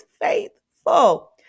faithful